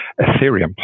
Ethereum